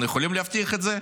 אנחנו יכולים להבטיח את זה?